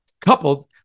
coupled